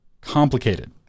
complicated